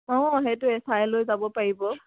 অঁ সেইটোৱে চাই লৈ যাব পাৰিব